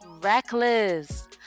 Reckless